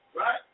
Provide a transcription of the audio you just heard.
Right